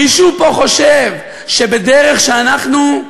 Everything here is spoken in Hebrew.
מישהו פה חושב שבדרך שאנחנו,